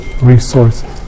resources